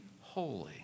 holy